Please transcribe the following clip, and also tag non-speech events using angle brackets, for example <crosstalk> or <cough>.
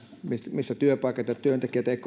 missä työpaikat ja työntekijät eivät <unintelligible>